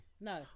no